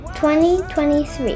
2023